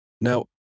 Now